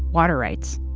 water rights.